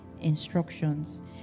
instructions